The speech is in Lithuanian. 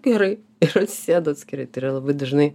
gerai ir atsisėdo atskirai tai yra labai dažnai